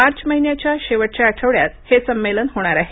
मार्च महिन्याच्या शेवटच्या आठवड्यात हे संमेलन होणार आहे